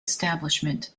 establishment